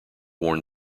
worn